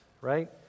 right